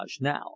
now